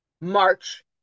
March